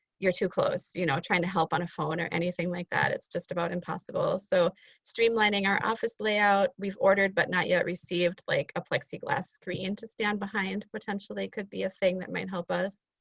you're too close. you know trying to get help on a phone or anything like that, it's just about impossible. so streamlining our office layout. we've ordered but not yet received like a plexiglass screen to stand behind potentially could be a thing that might help us.